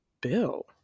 Bill